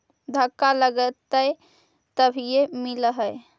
धक्का लगतय तभीयो मिल है?